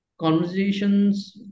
conversations